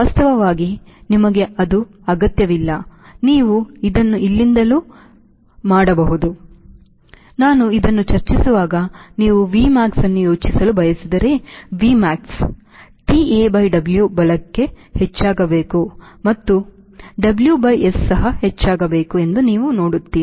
ವಾಸ್ತವವಾಗಿ ನಿಮಗೆ ಇದು ಅಗತ್ಯವಿಲ್ಲ ನೀವು ಇದನ್ನು ಇಲ್ಲಿಂದಲೂ ಮಾಡಬಹುದು ನಾನು ಇದನ್ನು ಚರ್ಚಿಸುವಾಗ ನೀವು Vmax ಅನ್ನು ಹೆಚ್ಚಿಸಲು ಬಯಸಿದರೆ Vmax Ta by W ಬಲಕ್ಕೆ ಹೆಚ್ಚಾಗಬೇಕು ಮತ್ತು W by S ಸಹ ಹೆಚ್ಚಾಗಬೇಕು ಎಂದು ನೀವು ನೋಡುತ್ತೀರಿ